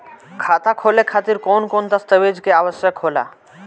खाता खोले खातिर कौन कौन दस्तावेज के आवश्यक होला?